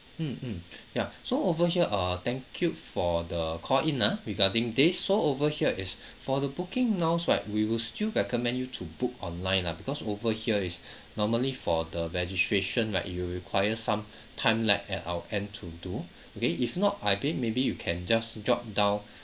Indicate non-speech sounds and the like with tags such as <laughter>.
mm mm <breath> ya so over here ah thank you for the call in ah regarding this so over here is <breath> for the booking now right we will still recommend you to book online lah because over here is <breath> normally for the registration right it will require some time like at our end to do okay if not I maybe you can just jot down